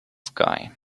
sky